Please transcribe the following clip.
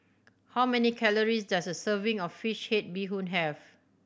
how many calories does a serving of fish head bee hoon have